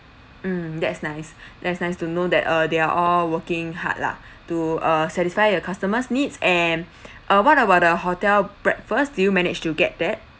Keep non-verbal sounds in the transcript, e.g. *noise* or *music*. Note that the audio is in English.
mm that's nice that's nice to know that uh they're all working hard lah to uh satisfy a customer's needs and *breath* uh what about the hotel breakfast do you managed to get that